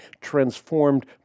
transformed